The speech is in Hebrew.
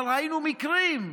אבל ראינו מקרים.